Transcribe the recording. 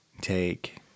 take